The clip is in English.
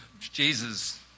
Jesus